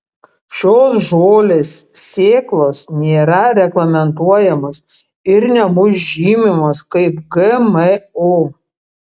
šios žolės sėklos nėra reglamentuojamos ir nebus žymimos kaip gmo